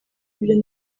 aribyo